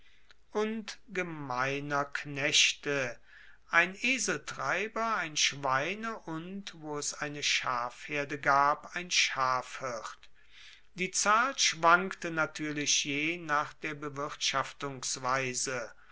und gemeiner knechte ein eseltreiber ein schweine und wo es eine schafherde gab ein schafhirt die zahl schwankte natuerlich je nach der